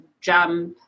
jump